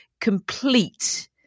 complete